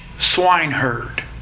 swineherd